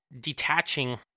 detaching